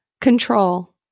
Control